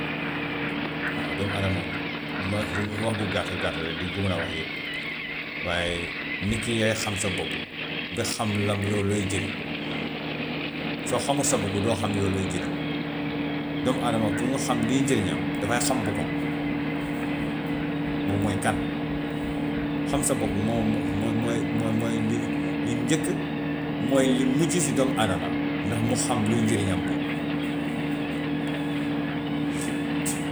waaw doomu adama moom li ma wax bu gàtt gàtt rek duñ ko mun a wax yëpp, waaye nit ki yaay xam sa bopp, nga xam lan yow looy jëriñ soo xamul sa bopp doo xam yow looy jëriñ. Doomu adama pour mu xam liy njêriñam dafay xam boppam, moom mooy kan. Xam sa bopp moom moom mooy moom mooy li li njëkk mooy li mujj si doomu adama ndax mu xam luy njëriñam moom.